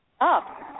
up